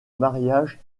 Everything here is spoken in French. mariage